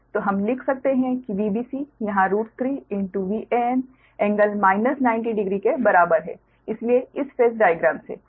तो हम लिख सकते हैं कि Vbc यहाँ 3Van∟ 900 के बराबर है इसलिए इस फेस डाइग्राम से